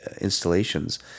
installations